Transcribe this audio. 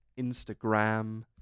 Instagram